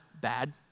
bad